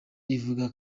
rivuga